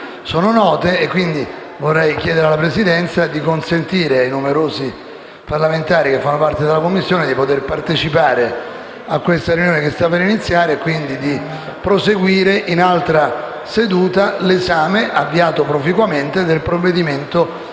sono note. Vorrei, quindi chiedere alla Presidenza di consentire ai numerosi parlamentari che fanno parte della Commissione di partecipare alla sua riunione che sta per iniziare e di proseguire in altra seduta l'esame, avviato proficuamente, del provvedimento relativo